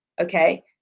okay